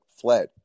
fled